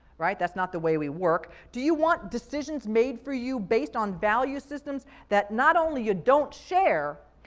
right? that's not the way we work. do you want decisions made for you based on value systems that not only you don't share,